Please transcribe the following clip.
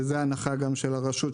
וזאת גם ההנחה של הרשות,